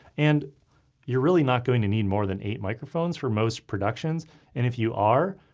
and you're really not going to need more than eight microphones for most productions and if you are,